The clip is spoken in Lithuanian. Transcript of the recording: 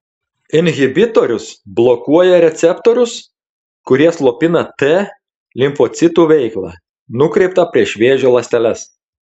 inhibitorius blokuoja receptorius kurie slopina t limfocitų veiklą nukreiptą prieš vėžio ląsteles